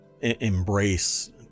embrace